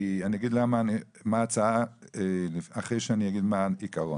אני אגיד מה ההצעה אחרי שאני אגיד מה העיקרון.